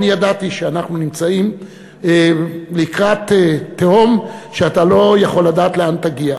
אני ידעתי שאנחנו נמצאים לקראת תהום שאתה לא יכול לדעת לאן תגיע.